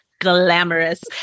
glamorous